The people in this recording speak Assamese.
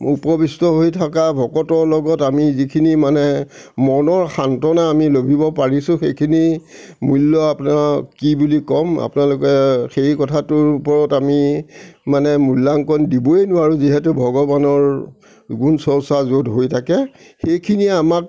উপৱিষ্ট হৈ থকা ভকতৰ লগত আমি যিখিনি মানে মনৰ সান্ত্বনা আমি লভিব পাৰিছোঁ সেইখিনি মূল্য আপোনাক কি বুলি ক'ম আপোনালোকে সেই কথাটোৰ ওপৰত আমি মানে মূল্যাংকন দিবই নোৱাৰোঁ যিহেতু ভগৱানৰ গুণ চৰ্চা য'ত হৈ থাকে সেইখিনিয়ে আমাক